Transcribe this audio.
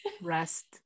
rest